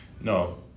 No